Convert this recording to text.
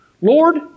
Lord